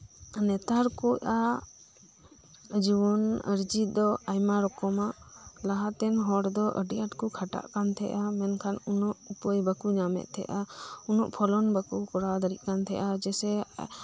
ᱱᱮᱛᱟᱨ ᱠᱚ ᱟᱜ ᱡᱩᱣᱟᱹᱱ ᱟᱹᱨᱡᱤᱛ ᱫᱚ ᱚᱱᱠᱟᱜᱮ ᱞᱟᱦᱟᱛᱮᱱ ᱦᱚᱲ ᱫᱚ ᱟᱹᱰᱤ ᱟᱴᱜᱮ ᱠᱷᱟᱴᱟᱜ ᱠᱟᱸ ᱛᱟᱦᱮᱸᱫᱼᱟ ᱢᱮᱱᱠᱷᱟᱱ ᱩᱱᱟᱹᱜ ᱩᱯᱟᱹᱭ ᱵᱟᱠᱚ ᱧᱟᱢᱮᱫ ᱛᱟᱦᱮᱸᱫ ᱟ ᱩᱱᱟᱹᱜ ᱯᱷᱚᱞᱚᱱ ᱵᱟᱠᱩ ᱠᱚᱨᱟᱣ ᱫᱟᱲᱮᱭᱟᱜ ᱠᱟᱱ ᱛᱟᱦᱮᱸᱫᱼᱟ ᱡᱮᱥᱮ